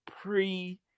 pre